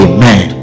Amen